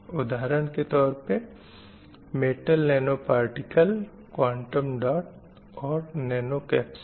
उदाहरण के तौर पे metal nano particle quantum dot और नैनो कपस्युल